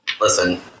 Listen